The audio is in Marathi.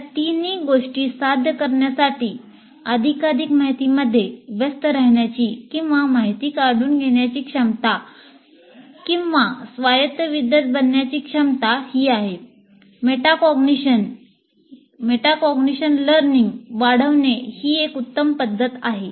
या तिन्ही गोष्टी साध्य करण्यासाठी अधिकाधिक माहितीमध्ये व्यस्त राहण्याची किंवा माहिती काढून घेण्याची क्षमता किंवा स्वायत्त विद्यार्थी बनण्याची क्षमता ही आहे मेटाकॉग्निशन मेटाकॉग्निशन लर्निंग वाढवणे ही एक उत्तम पद्धत आहे